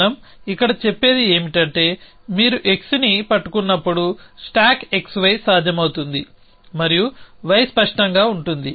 మనం ఇక్కడ చెప్పేది ఏమిటంటే మీరు xని పట్టుకున్నప్పుడు స్టాక్ xy సాధ్యమవుతుంది మరియు y స్పష్టంగా ఉంటుంది